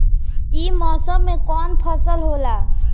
ई मौसम में कवन फसल होला?